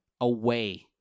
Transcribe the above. away